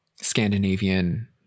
Scandinavian